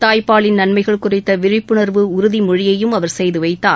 தாய்ப்பாலின் நன்மைகள் குறித்த விழிப்புணர்வு உறுதிமொழியையும் அவர் செய்துவைத்தார்